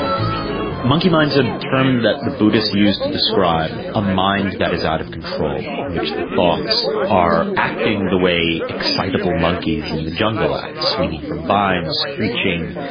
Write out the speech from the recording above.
monkey mind is a term that the buddhists use to describe a mind that is out of control, in which the thoughts are acting the way excitable monkeys in the jungle act swinging from vines, screeching,